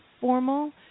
formal